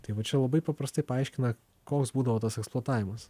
tai va čia labai paprastai paaiškina koks būdavo tas eksploatavimas